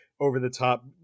over-the-top